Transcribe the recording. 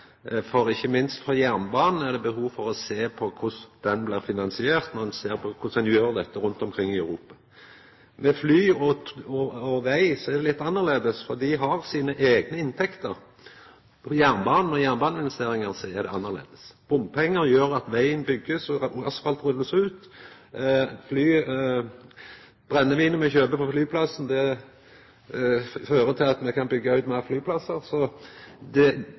det. Ikkje minst for jernbanen er det behov for å sjå på korleis han blir finansiert, når ein ser korleis ein gjer dette rundt omkring i Europa. For fly og veg er det litt annleis, for dei har sine eigne inntekter. For jernbanen og jernbaneinvesteringar er det annleis. Bompengar gjer at vegen blir bygd, og at asfalten blir rulla ut. Brennevinet me kjøper på flyplassen, fører til at me kan byggja ut fleire flyplassar, så det